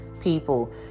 people